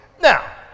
now